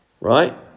Right